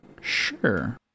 Sure